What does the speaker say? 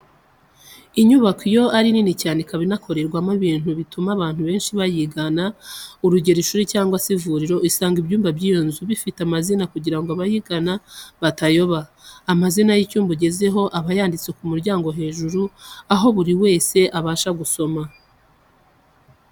Inyubako iyo ari nini cyane ikaba inakorerwamo ibintu bituma abantu benshi bayigana, urugero ishuri cyangwa se ivuriro, usanga ibyumba by'iyo nzu bifite amazina kugira ngo abayigana batayoba. Amazina y'icyumba ugezeho aba yanditse ku muryango hejuru, aho buri wese abasha gusoma.